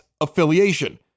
affiliation